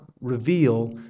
reveal